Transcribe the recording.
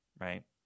right